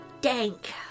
dank